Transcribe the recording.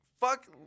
fuck